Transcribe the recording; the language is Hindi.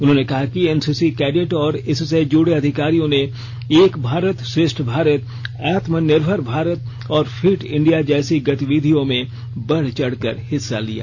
उन्होंने कहा कि एनसीसी कैडेट और इससे जुड़े अधिकारियों ने एक भारत श्रेष्ठ भारत आत्मानिभर भारत और फिट इंडिया जैसी गतिविधियों में बढ़ चढ़ कर भाग लिया